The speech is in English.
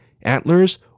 antlers